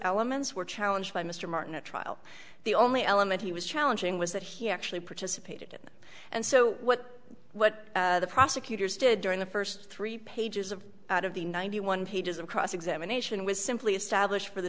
elements were challenged by mr martin at trial the only element he was challenging was that he actually participated and so what what the prosecutors did during the first three pages of out of the ninety one pages of cross examination was simply established for the